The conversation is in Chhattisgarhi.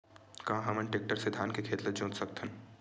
का हमन टेक्टर से धान के खेत ल जोत सकथन?